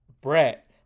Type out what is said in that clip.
Brett